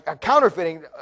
counterfeiting